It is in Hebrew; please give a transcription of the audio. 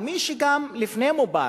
וגם מי שהיה לפני מובארק,